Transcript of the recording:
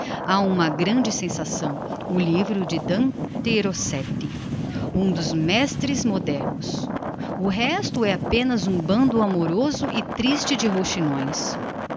ha uma grande sensação o livro de dante rosseti um dos mestres modernos o resto é apenas um bando amoroso e triste de rouxinóes